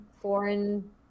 foreign